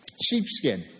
sheepskin